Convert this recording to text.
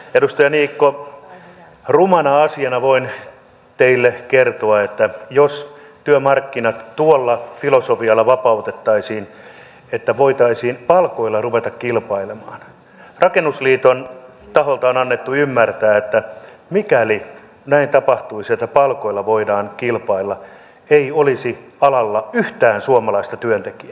edustaja niikko rumana asiana voin teille kertoa että jos työmarkkinat tuolla filosofialla vapautettaisiin että voitaisiin palkoilla ruveta kilpailemaan niin rakennusliiton taholta on annettu ymmärtää että mikäli näin tapahtuisi että palkoilla voidaan kilpailla ei olisi alalla yhtään suomalaista työntekijää